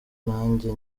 nanjye